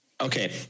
Okay